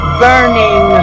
burning